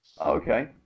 Okay